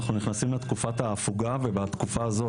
אנחנו נכנסים לתקופת ההפוגה ובתקופה הזאת,